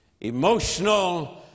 emotional